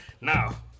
Now